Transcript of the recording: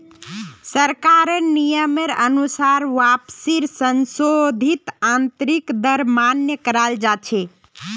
सरकारेर नियमेर अनुसार वापसीर संशोधित आंतरिक दर मान्य कराल जा छे